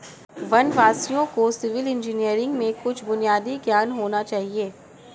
वनवासियों को civil engineering में कुछ बुनियादी ज्ञान होना चाहिए